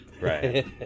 right